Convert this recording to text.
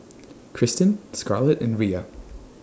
Kristan Scarlett and Riya